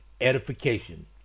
edification